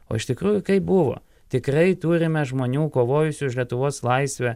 o iš tikrųjų kaip buvo tikrai turime žmonių kovojusių už lietuvos laisvę